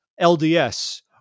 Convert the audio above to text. LDS